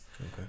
okay